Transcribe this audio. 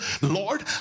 Lord